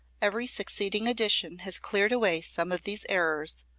every succeeding edition has cleared away some of these errors,